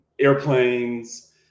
airplanes